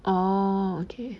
orh okay